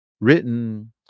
written